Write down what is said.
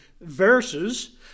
verses